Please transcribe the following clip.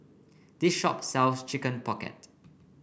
this shop sells Chicken Pocket